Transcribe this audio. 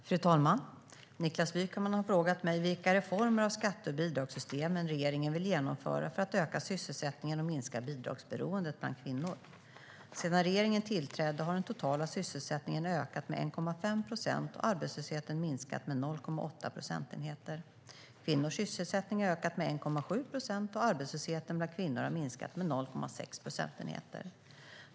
Fru talman! Niklas Wykman har frågat mig vilka reformer av skatte och bidragssystemen regeringen vill genomföra för att öka sysselsättningen och minska bidragsberoendet bland kvinnor. Sedan regeringen tillträdde har den totala sysselsättningen ökat med 1,5 procent och arbetslösheten minskat med 0,8 procentenheter. Kvinnors sysselsättning har ökat med 1,7 procent och arbetslösheten bland kvinnor minskat med 0,6 procentenheter.